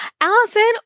Allison